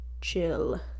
chill